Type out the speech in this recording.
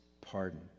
pardon